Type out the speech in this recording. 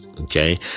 okay